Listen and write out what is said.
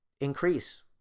increase